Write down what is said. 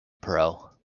pro